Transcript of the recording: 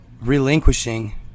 relinquishing